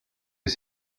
des